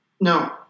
No